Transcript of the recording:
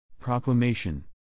Proclamation